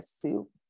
soup